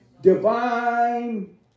Divine